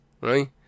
right